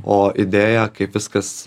o idėją kaip viskas